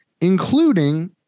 including